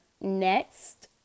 Next